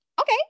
okay